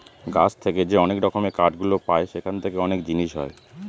গাছ থেকে যে অনেক রকমের কাঠ গুলো পায় সেখান থেকে অনেক জিনিস হয়